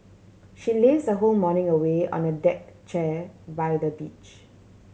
she laze her whole morning away on the deck chair by the beach